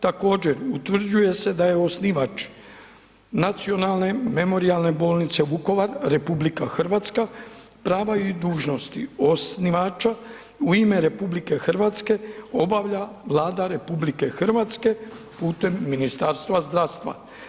Također utvrđuje se da je osnivač Nacionalne memorijalne bolnice Vukovar RH, prava i dužnosti osnivača u ime RH obavlja Vlada RH putem Ministarstva zdravstva.